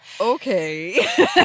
okay